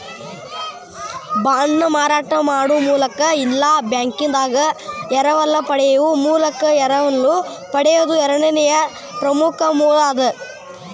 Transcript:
ಬಾಂಡ್ನ ಮಾರಾಟ ಮಾಡೊ ಮೂಲಕ ಇಲ್ಲಾ ಬ್ಯಾಂಕಿಂದಾ ಎರವಲ ಪಡೆಯೊ ಮೂಲಕ ಎರವಲು ಪಡೆಯೊದು ಎರಡನೇ ಪ್ರಮುಖ ಮೂಲ ಅದ